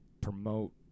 promote